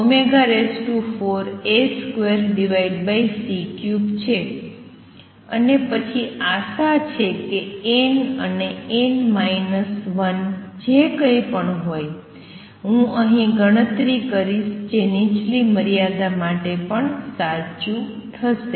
તેથી છે અને પછી આશા છે કે n અને n 1 જે કંઈપણ હોય હું અહીં ગણતરી કરીશ જે નીચલી મર્યાદા માટે પણ સાચું થશે